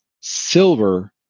silver